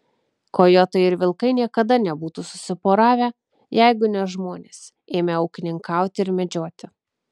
kojotai ir vilkai niekada nebūtų susiporavę jeigu ne žmonės ėmę ūkininkauti ir medžioti